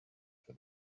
for